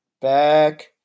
back